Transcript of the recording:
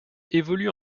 évolue